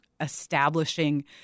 establishing